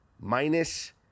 Minus